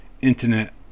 Internet